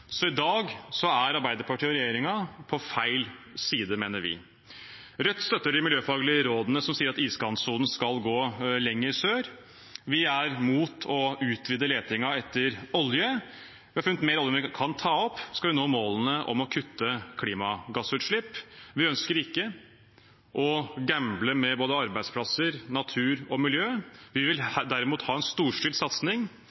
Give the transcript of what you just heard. Så i dag er Arbeiderpartiet og regjeringen på feil side, mener vi. Rødt støtter de miljøfaglige rådene som sier at iskantsonen skal gå lenger sør. Vi er mot å utvide letingen etter olje. Vi har funnet mer olje enn vi kan ta opp, skal vi nå målene om å kutte klimagassutslipp. Vi ønsker ikke å gamble med både arbeidsplasser, natur og miljø. Vi vil derimot ha en storstilt satsing